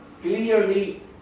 clearly